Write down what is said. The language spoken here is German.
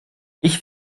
ich